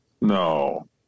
No